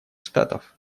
штатов